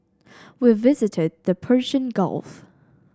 we visited the Persian Gulf